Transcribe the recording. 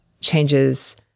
changes